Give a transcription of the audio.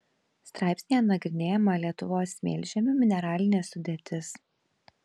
straipsnyje nagrinėjama lietuvos smėlžemių mineralinė sudėtis